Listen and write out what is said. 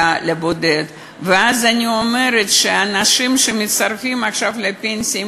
ואז אני אומרת שאנשים שמצטרפים עכשיו לפנסיה,